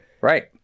right